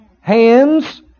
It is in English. hands